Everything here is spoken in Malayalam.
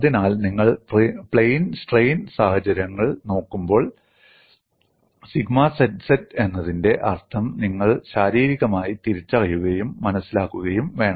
അതിനാൽ നിങ്ങൾ പ്ലെയിൻ സ്ട്രെയിൻ സാഹചര്യം നോക്കുമ്പോൾ സിഗ്മ zz എന്നതിന്റെ അർത്ഥം നിങ്ങൾ ശാരീരികമായി തിരിച്ചറിയുകയും മനസ്സിലാക്കുകയും വേണം